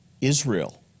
Israel